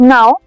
Now